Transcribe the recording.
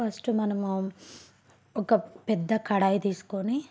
first మనము ఒక పెద్ద కడాయి తీసుకుని